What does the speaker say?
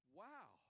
wow